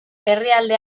herrialde